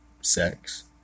sex